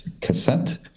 cassette